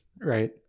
right